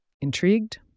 Intrigued